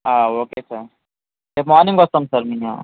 okay sir రేపు morning వస్తాం sir మేము